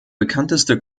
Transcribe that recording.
bekannteste